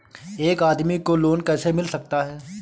एक आदमी को लोन कैसे मिल सकता है?